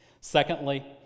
Secondly